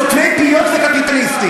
סותמי פיות וקפיטליסטים.